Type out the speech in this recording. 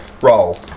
Roll